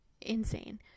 insane